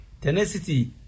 tenacity